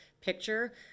picture